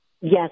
Yes